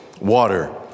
water